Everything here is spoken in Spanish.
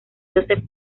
josep